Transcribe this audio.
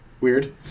weird